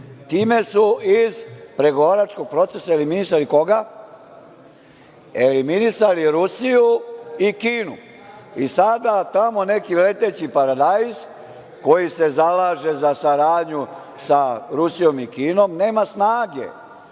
Time su iz pregovaračkog procesa eliminisali, koga? Eliminisali su Rusiju i Kinu. Sada tamo neki leteći paradajz koji se zalaže za saradnju sa Rusijom i Kinom nema snage